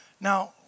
now